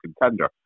contender